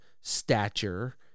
stature